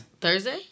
thursday